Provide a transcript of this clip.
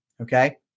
okay